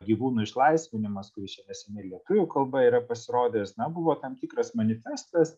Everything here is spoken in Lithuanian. gyvūnų išlaisvinimas kuris čia neseniai lietuvių kalba yra pasirodęs na buvo tam tikras manifestas